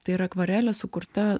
tai yra akvarelė sukurta